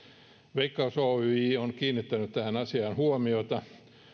veikkaus oyj on kiinnittänyt tähän asiaan huomiota